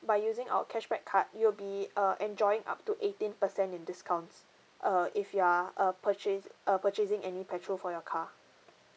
by using our cashback card you'll be uh enjoying up to eighteen percent in discounts uh if you are uh purchase uh purchasing any petrol for your car